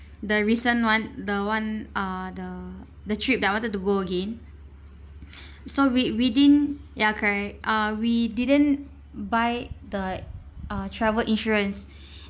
the recent one the one uh the the trip that I wanted to go again so we we didn't ya correct uh we didn't buy the uh travel insurance